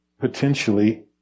potentially